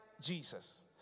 Jesus